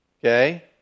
Okay